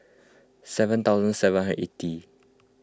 seven thousand seven hundred eighty